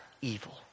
evil